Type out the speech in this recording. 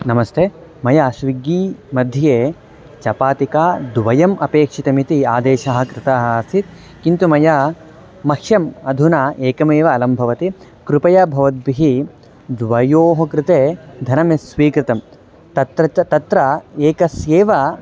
नमस्ते मया स्विग्गी मध्ये चपातिका द्वयम् अपेक्षितमिति आदेशः कृताः आसीत् किन्तु मया मह्यम् अधुना एकमेव अलं भवति कृपया भवद्भिः द्वयोः कृते धनं यत् स्वीकृतं तत्र च तत्र एकस्येव